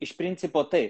iš principo tai